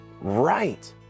right